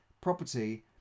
property